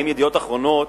האם "ידיעות אחרונות"